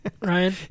Ryan